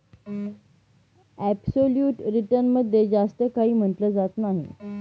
absolute return मध्ये जास्त काही म्हटलं जात नाही